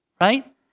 right